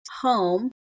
home